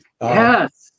Yes